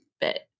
bit